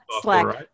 Slack